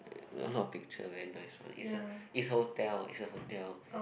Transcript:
a lot of picture very nice one is a is a hotel is a hotel